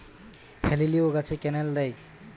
হেলিলিও গাছে ক্যানেল দেয়?